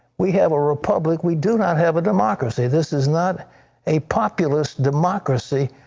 we have a republic. we do not have a democracy. this is not a populous democracy.